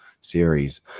series